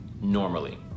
normally